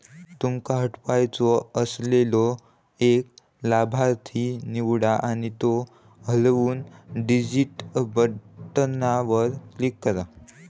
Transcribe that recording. तुमका हटवायचो असलेलो एक लाभार्थी निवडा आणि त्यो हटवूक डिलीट बटणावर क्लिक करा